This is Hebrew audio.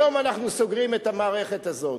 היום אנחנו סוגרים את המערכת הזאת,